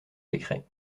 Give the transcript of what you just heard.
décret